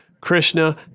Krishna